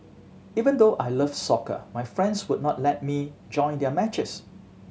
even though I love soccer my friends would not let me join their matches